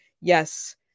yes